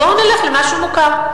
בואו נלך למשהו מוכר.